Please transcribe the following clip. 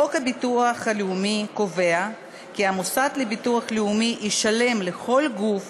חוק הביטוח הלאומי קובע כי המוסד לביטוח לאומי ישלם לכל גוף,